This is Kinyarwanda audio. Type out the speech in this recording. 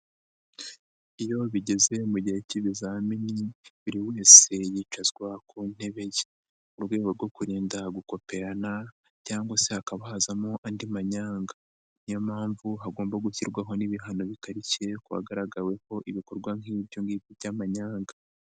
Iyo bigeze mu gihe cy'ibizamini buri wese yicazwa ku ntebe ye. Mu rwego rwo kurinda gukoperana cyangwa se hakaba hazamo andi manyanga. Niyo mpamvu hagomba gushyirwaho n'ibihano bikarikishye ku wagaragaweho ibikorwa nk'ibibyo by'amanyanga.